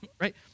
right